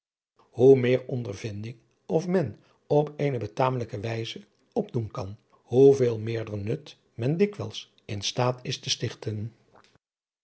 hoe meer ondervinding of men adriaan loosjes pzn het leven van hillegonda buisman op eene betamelijke wijze op doen kan hoeveel meerder nut men dikwijls in staat is te stichten